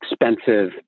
expensive